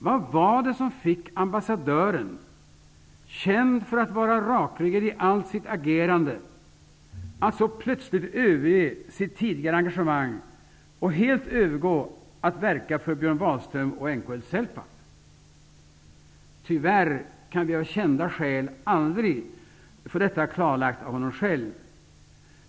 Vad var det som fick ambassadören, känd för att vara rakryggad i allt sitt agerande, att så plötsligt överge sitt tidigare engagemang och helt övergå till att verka för Björn Wahlström och NLK-Celpap? Tyvärr kan vi av kända skäl aldrig få det klarlagt av honom själv.